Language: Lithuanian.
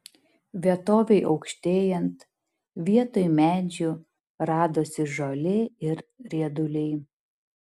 vietovei aukštėjant vietoj medžių radosi žolė ir rieduliai